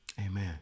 Amen